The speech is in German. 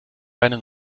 deine